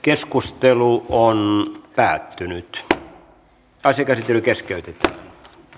keskustelu päättyi ja asian käsittely keskeytettiin